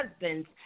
husbands